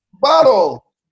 Bottle